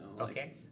Okay